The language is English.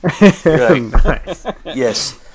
yes